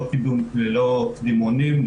ללא קדימונים,